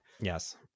Yes